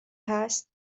هست